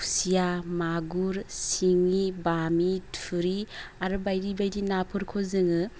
खुसिया मागुर सिंगि बामि थुरि आरो बायदि बायदि नाफोरखौ जोङो